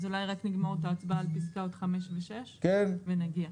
אולי רק נגמור את ההצבעה על פסקאות (5) ו-(6) ונגיע?